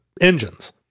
engines